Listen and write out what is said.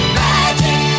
magic